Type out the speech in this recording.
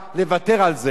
אני אומר לך: אל תוותר.